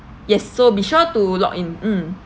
yes so be sure to log in mm